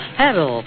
hello